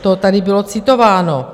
To tady bylo citováno.